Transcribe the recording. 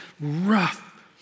rough